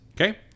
Okay